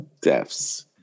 Deaths